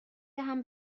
دهم